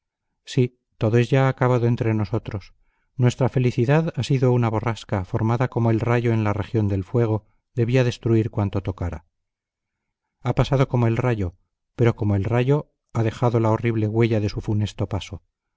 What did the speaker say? sí todo es ya acabado entre nosotros nuestra felicidad ha sido una borrasca formada como el rayo en la región del fuego debía destruir cuanto tocara ha pasado como el rayo pero como el rayo ha dejado la horrible huella de su funesto paso